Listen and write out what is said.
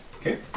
Okay